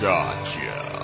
Gotcha